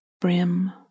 brim